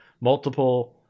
multiple